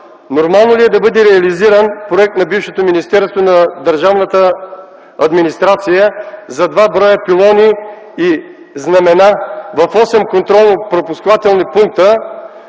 Нормално ли е да бъде реализиран проект на бившето Министерство на държавната администрация за два броя пилони и знамена в осем контролно-пропускателни пункта,